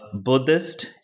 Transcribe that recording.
Buddhist